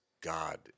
God